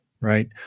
right